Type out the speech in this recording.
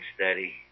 steady